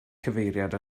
cyfeiriad